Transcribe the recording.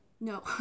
No